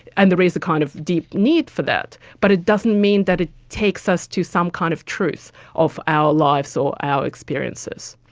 and there is a kind of deep need for that, but it doesn't mean that it takes us to some kind of truth of our lives or our experiences.